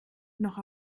noch